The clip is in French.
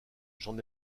j’en